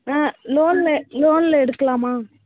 ஆ லோனில் லோனில் எடுக்கலாமா